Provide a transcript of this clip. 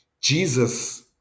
jesus